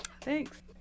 thanks